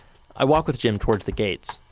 i walk with jim towards the gates.